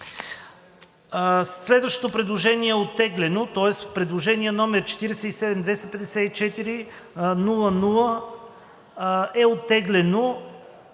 Следващото предложение е оттеглено, тоест предложение № 47-254-00 е оттеглено